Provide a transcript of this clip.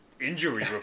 injury